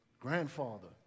grandfather